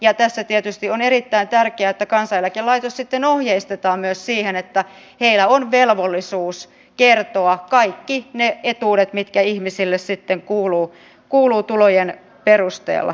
ja tässä tietysti on erittäin tärkeää että kansaneläkelaitos sitten ohjeistetaan myös siihen että heillä on velvollisuus kertoa kaikki ne etuudet mitkä ihmisille kuuluvat pienituloisuuden perusteella